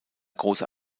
großer